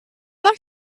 like